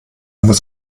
muss